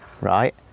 Right